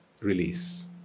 release